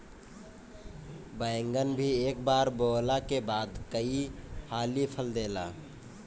बैगन भी एक बार बोअला के बाद कई हाली फल देला